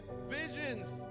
visions